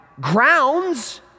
grounds